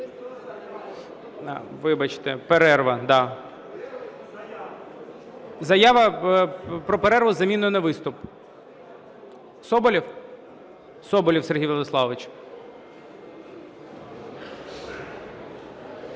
Вибачте, перерва, да. Заява про перерву із заміною на виступ. Соболєв? Соболєв Сергій Владиславович.